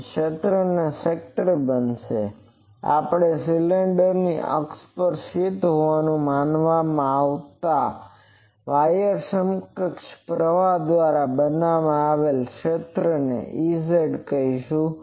અને તે ક્ષેત્રને સ્કેટર કરશે આપણે સિલિન્ડરની અક્ષ પર સ્થિત હોવાનું માનવામાં આવતા વાયરમાં સમકક્ષ પ્રવાહ દ્વારા બનાવેલ તે ક્ષેત્રને Ez કહીશું